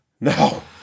No